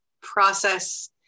process